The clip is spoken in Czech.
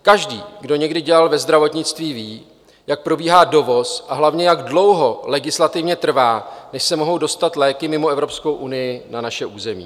Každý, kdo někdy dělal ve zdravotnictví, ví, jak probíhá dovoz a hlavně jak dlouho legislativně trvá, než se mohou dostat léky mimo Evropskou unii na naše území.